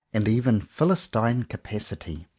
and even philistine capacity.